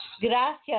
Gracias